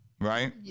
right